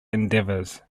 endeavors